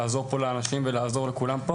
לעזור לאנשים ולעזור לכולם.